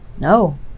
No